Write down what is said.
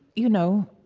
you know,